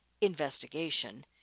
investigation